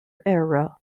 area